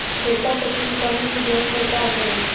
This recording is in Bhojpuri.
जस्ता तत्व के कमी से गेंहू पर का असर होखे?